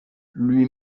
lui